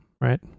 right